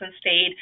stayed